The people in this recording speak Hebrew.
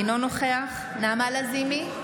אינו נוכח נעמה לזימי,